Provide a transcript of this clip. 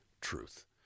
truth